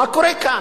מה קורה כאן?